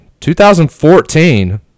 2014